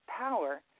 power